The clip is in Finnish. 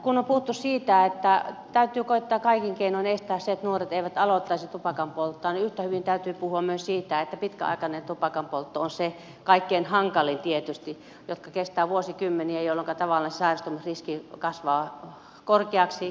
kun on puhuttu siitä että täytyy koettaa kaikin keinoin estää se että nuoret eivät aloittaisi tupakanpolttoa niin yhtä hyvin täytyy puhua myös siitä että pitkäaikainen tupakanpoltto on tietysti se kaikkein hankalin joka kestää vuosikymmeniä jolloinka tavallaan sairastumisriski kasvaa korkeaksi